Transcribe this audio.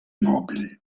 mobili